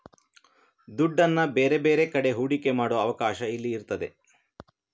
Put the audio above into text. ದುಡ್ಡನ್ನ ಬೇರೆ ಬೇರೆ ಕಡೆ ಹೂಡಿಕೆ ಮಾಡುವ ಅವಕಾಶ ಇಲ್ಲಿ ಇರ್ತದೆ